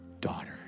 daughter